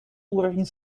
уровень